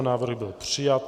Návrh byl přijat.